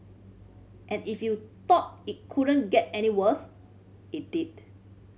and if you thought it couldn't get any worse it did